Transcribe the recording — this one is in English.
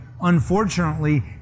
unfortunately